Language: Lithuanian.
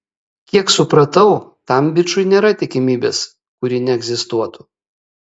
kiek supratau tam bičui nėra tikimybės kuri neegzistuotų